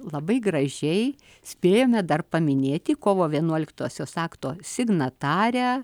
labai gražiai spėjome dar paminėti kovo vienuoliktosios akto signatarę